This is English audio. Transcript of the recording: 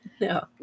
No